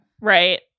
Right